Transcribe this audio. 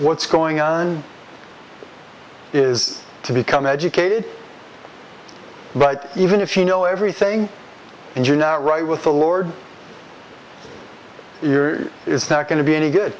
what's going on is to become educated but even if you know everything and you're not right with the lord you're it's not going to be any good